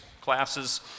classes